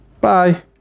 Bye